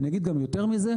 אני אגיד גם יותר מזה,